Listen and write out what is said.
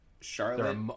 Charlotte